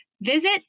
visit